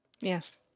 yes